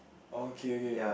oh okay okay